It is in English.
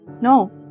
No